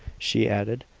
she added,